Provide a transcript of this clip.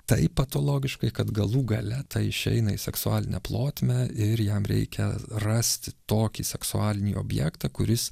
taip patologiškai kad galų gale tai išeina į seksualinę plotmę ir jam reikia rasti tokį seksualinį objektą kuris